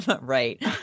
Right